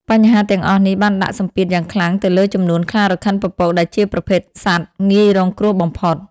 បញ្ហាទាំងអស់នេះបានដាក់សម្ពាធយ៉ាងខ្លាំងទៅលើចំនួនខ្លារខិនពពក ដែលជាប្រភេទសត្វងាយរងគ្រោះបំផុត។